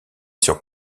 sur